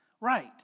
Right